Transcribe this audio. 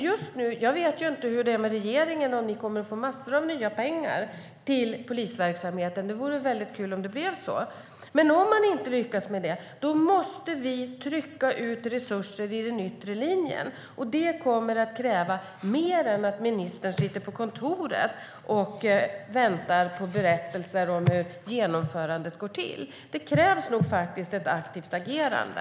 Jag vet inte om regeringen kommer att få massor av nya pengar till polisverksamheten. Det vore kul om det blir så. Men om regeringen inte lyckas med det måste vi trycka ut resurser i den yttre linjen. Det kommer att kräva mer än att ministern sitter på kontoret och väntar på berättelser om hur genomförandet går till. Det krävs ett aktivt agerande.